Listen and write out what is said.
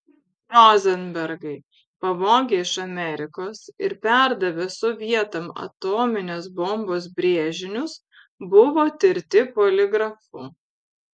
rozenbergai pavogę iš amerikos ir perdavę sovietam atominės bombos brėžinius buvo tirti poligrafu